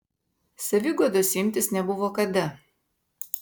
saviguodos imtis nebuvo kada